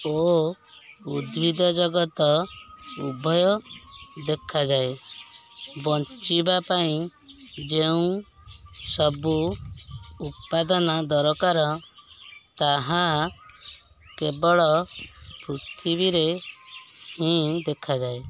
ଓ ଉଦ୍ଭିଦ ଜଗତ ଉଭୟ ଦେଖାଯାଏ ବଞ୍ଚିବା ପାଇଁ ଯେଉଁ ସବୁ ଉପାଦନ ଦରକାର ତାହା କେବଳ ପୃଥିବୀରେ ହିଁ ଦେଖାଯାଏ